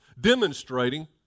demonstrating